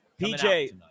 PJ